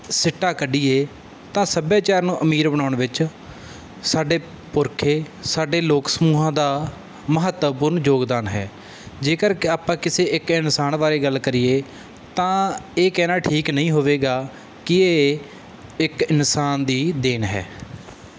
ਸਿੱਟਾ ਕੱਢੀਏ ਤਾਂ ਸੱਭਿਆਚਾਰ ਨੂੰ ਅਮੀਰ ਬਣਾਉਣ ਵਿੱਚ ਸਾਡੇ ਪੁਰਖੇ ਸਾਡੇ ਲੋਕ ਸਮੂਹਾਂ ਦਾ ਮਹੱਤਵਪੂਰਨ ਯੋਗਦਾਨ ਹੈ ਜੇਕਰ ਕ ਆਪਾਂ ਕਿਸੇ ਇੱਕ ਇਨਸਾਨ ਬਾਰੇ ਗੱਲ ਕਰੀਏ ਤਾਂ ਇਹ ਕਹਿਣਾ ਠੀਕ ਨਹੀਂ ਹੋਵੇਗਾ ਕਿ ਇਹ ਇੱਕ ਇਨਸਾਨ ਦੀ ਦੇਣ ਹੈ